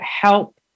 help